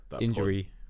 injury